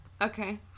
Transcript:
Okay